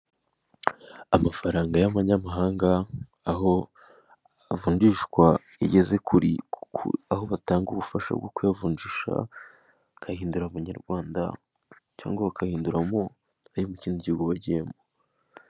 Amafaranga y'amanyamahanga aho avunjishwa, igeze kure kuko aho batanga ubufasha bwo kuyavunjisha bagahindura abanyarwanda cyangwa bakahinduramo ayo mukinindi gihugu bagiyemo.